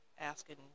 asking